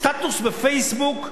סטטוס ב"פייסבוק"